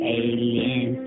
alien